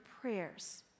prayers